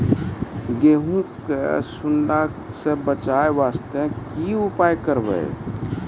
गहूम के सुंडा से बचाई वास्ते की उपाय करबै?